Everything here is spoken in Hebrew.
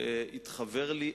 שהתחוור לי,